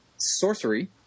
sorcery